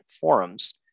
forums